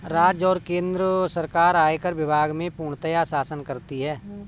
राज्य और केन्द्र सरकार आयकर विभाग में पूर्णतयः शासन करती हैं